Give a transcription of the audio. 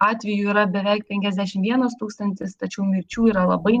atvejų yra beveik penkiasdešimt vienas tūkstantis tačiau mirčių yra labai